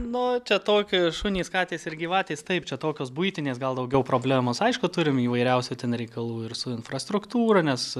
nu čia toki šunys katės ir gyvatės taip čia tokios buitinės gal daugiau problemos aišku turim įvairiausių ten reikalų ir su infrastruktūra nes